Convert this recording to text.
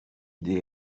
idée